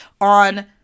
on